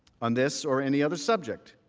on this or any other subject.